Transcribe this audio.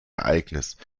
ereignis